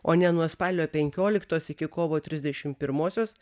o ne nuo spalio penkioliktos iki kovo trisdešim pirmosios